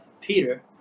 Peter